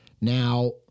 Now